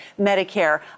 Medicare